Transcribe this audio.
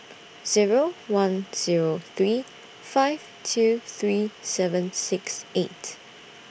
Zero one Zero three five two three seven six eight